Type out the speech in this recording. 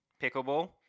pickleball